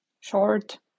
short